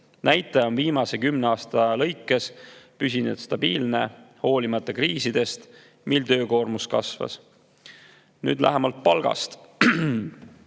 püsinud viimase kümne aasta jooksul stabiilne hoolimata kriisidest, mil töökoormus kasvas. Nüüd lähemalt palgast.